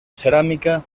ceràmica